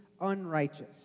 unrighteous